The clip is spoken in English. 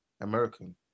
American